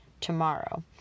tomorrow